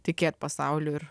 tikėt pasauliu ir